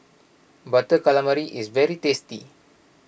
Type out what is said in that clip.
Butter Calamari is very tasty